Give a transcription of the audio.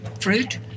fruit